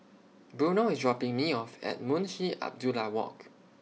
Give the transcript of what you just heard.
Bruno IS dropping Me off At Munshi Abdullah Walk